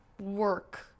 work